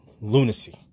lunacy